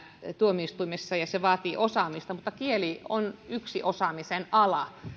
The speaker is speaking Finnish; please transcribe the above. tuomioistuimissa ja se vaatii osaamista mutta kieli on yksi osaamisen ala